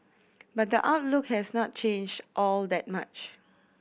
but the outlook has not changed all that much